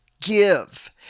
give